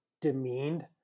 demeaned